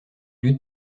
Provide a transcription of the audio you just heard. lutte